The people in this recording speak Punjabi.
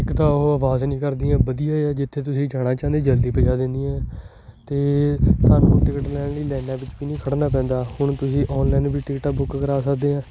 ਇੱਕ ਤਾਂ ਉਹ ਆਵਾਜ਼ ਨਹੀਂ ਕਰਦੀਆਂ ਵਧੀਆ ਏ ਆ ਜਿੱਥੇ ਤੁਸੀਂ ਜਾਣਾ ਚਾਹੁੰਦੇ ਜਲਦੀ ਪੁਜਾ ਦਿੰਦੀਆਂ ਅਤੇ ਤੁਹਾਨੂੰ ਟਿਕਟ ਲੈਣ ਲਈ ਲਾਇਨਾਂ ਵਿੱਚ ਵੀ ਨਹੀਂ ਖੜ੍ਹਨਾ ਪੈਂਦਾ ਹੁਣ ਤੁਸੀਂ ਔਨਲਾਈਨ ਵੀ ਟਿਕਟਾਂ ਬੁੱਕ ਕਰਾ ਸਕਦੇ ਆ